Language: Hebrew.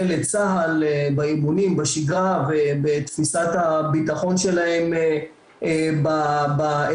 לצה"ל בארגונים בשגרה בתפיסת הביטחון שלהם באזור,